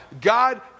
God